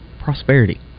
Prosperity